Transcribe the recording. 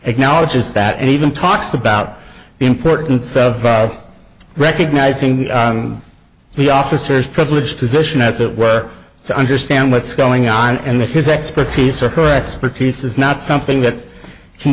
acknowledges that even talks about the importance of recognizing the officers privileged position as it were to understand what's going on and that his expertise or her expertise is not something that can